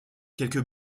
quelques